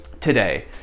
today